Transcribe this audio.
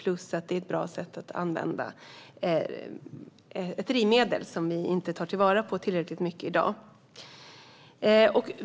Det är även ett bra sätt att använda ett drivmedel som vi i dag inte tar till vara tillräckligt mycket.